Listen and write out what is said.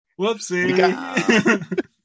Whoopsie